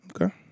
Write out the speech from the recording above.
Okay